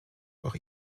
auch